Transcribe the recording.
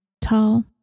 tall